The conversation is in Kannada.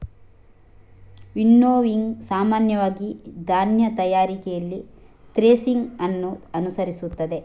ವಿನ್ನೋವಿಂಗ್ ಸಾಮಾನ್ಯವಾಗಿ ಧಾನ್ಯ ತಯಾರಿಕೆಯಲ್ಲಿ ಥ್ರೆಸಿಂಗ್ ಅನ್ನು ಅನುಸರಿಸುತ್ತದೆ